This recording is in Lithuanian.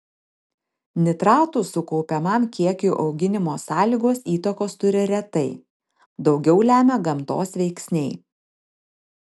nitratų sukaupiamam kiekiui auginimo sąlygos įtakos turi retai daugiau lemia gamtos veiksniai